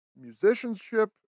musicianship